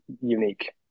unique